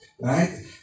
right